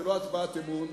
זאת לא הצבעת אמון,